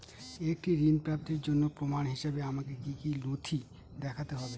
একটি ঋণ প্রাপ্তির জন্য প্রমাণ হিসাবে আমাকে কী কী নথি দেখাতে হবে?